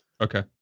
Okay